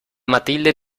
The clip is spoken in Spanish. matilde